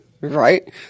Right